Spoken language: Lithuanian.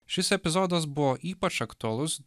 šis epizodas buvo ypač aktualus